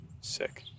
Sick